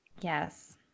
yes